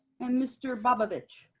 and mr. babovic,